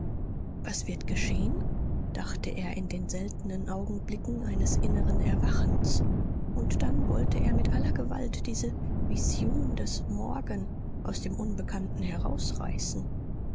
was wird geschehen dachte er in den seltenen augenblicken eines inneren erwachens und dann wollte er mit aller gewalt diese vision des morgen aus dem unbekannten herausreißen